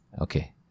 Okay